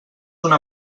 una